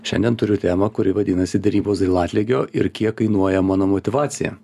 šiandien turiu temą kuri vadinasi derybos dėl atlygio ir kiek kainuoja mano motyvacija